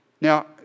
Now